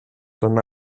τον